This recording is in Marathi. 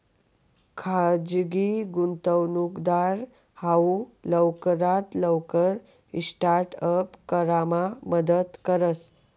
खाजगी गुंतवणूकदार हाऊ लवकरात लवकर स्टार्ट अप करामा मदत करस